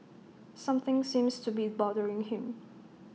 something seems to be bothering him